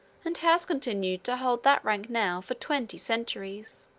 and has continued to hold that rank now for twenty centuries.